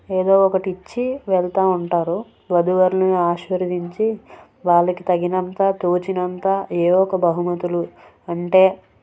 ఏదో ఒకటిచ్చి వెళ్తూ ఉంటారు వధు వరులను ఆశీర్వదించి వాళ్ళకి తగినంత తోచినంత ఏ ఒక బహుమతులు అంటే